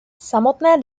samotné